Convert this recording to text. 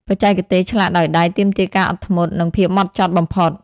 បច្ចេកទេសឆ្លាក់ដោយដៃទាមទារការអត់ធ្មត់ និងភាពហ្មត់ចត់បំផុត។